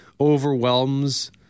overwhelms